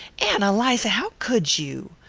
ann eliza, how could you?